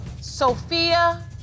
Sophia